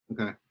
Okay